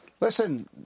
Listen